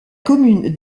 commune